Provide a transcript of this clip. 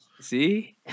See